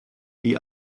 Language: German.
die